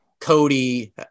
Cody